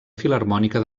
filharmònica